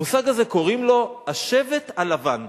המושג הזה, קוראים לו "השבט הלבן".